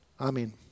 Amen